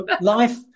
life